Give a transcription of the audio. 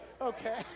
Okay